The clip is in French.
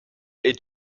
est